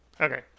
Okay